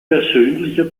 persönlicher